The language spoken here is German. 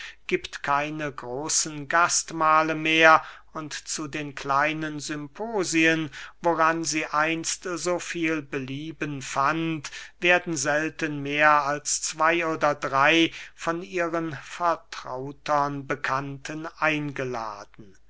giebt keine großen gastmahle mehr und zu den kleinen symposien woran sie einst so viel belieben fand werden selten mehr als zwey oder drey von ihren vertrautern bekannten eingeladen